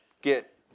get